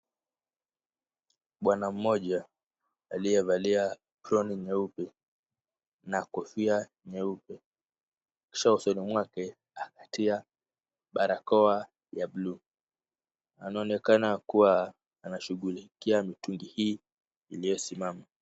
Bwana mmoja aliyevalia aproni nyeupe na kofia nyeupe, kisha usoni mwake ametia barakoa ya buluu, anaonekana kuwa anashughulikia mitungi hii iliyosimama.